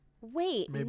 wait